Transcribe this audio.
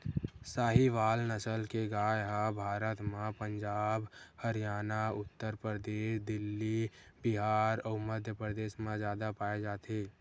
साहीवाल नसल के गाय ह भारत म पंजाब, हरयाना, उत्तर परदेस, दिल्ली, बिहार अउ मध्यपरदेस म जादा पाए जाथे